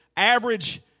Average